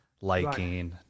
liking